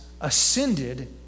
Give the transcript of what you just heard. ascended